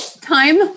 Time